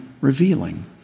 revealing